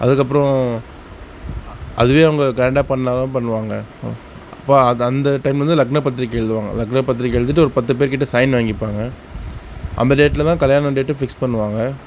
அதுக்கப்புறம் அதுவே அவங்க கிராண்டாக பண்ணிணாலும் பண்ணுவாங்க அப்போது அது அந்த டைமில் லக்ன பத்திரிக்கை எழுதுவாங்க லக்ன பத்திரிக்கை எழுதிவிட்டு ஒரு பத்து பேர்கிட்ட சைன் வாங்கிப்பாங்க அந்த டேட்டில் தான் கல்யாணம் டேட்டு ஃபிக்ஸ் பண்ணுவாங்க